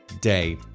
day